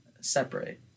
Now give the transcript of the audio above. separate